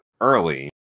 early